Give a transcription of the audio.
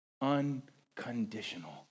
Unconditional